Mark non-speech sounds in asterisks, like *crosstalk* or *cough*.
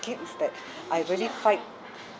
it is that *breath* I really fight